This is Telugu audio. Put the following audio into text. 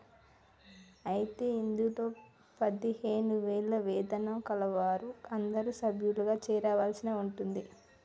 అయితే ఇందులో పదిహేను వేల వేతనం కలవారు అందరూ సభ్యులుగా చేరవలసి ఉంటుంది